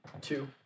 Two